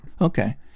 Okay